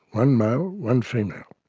one male, one female.